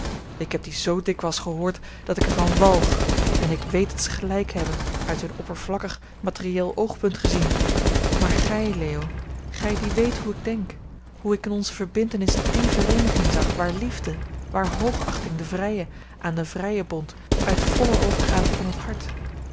ik heb dien zoo dikwijls gehoord dat ik er van walg en ik weet dat ze gelijk hebben uit hun oppervlakkig materieel oogpunt gezien maar gij leo gij die weet hoe ik denk hoe ik in onze verbintenis die vereeniging zag waar liefde waar hoogachting de vrije aan den vrije bond uit volle overgave van het hart